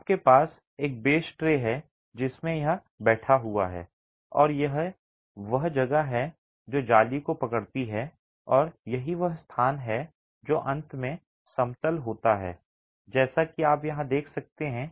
आपके पास एक बेस ट्रे है जिसमें यह बैठा हुआ है और यही वह जगह है जो जाली को पकड़ती है और यही वह स्थान है जो अंत में समतल होता है जैसा कि आप यहां देख सकते हैं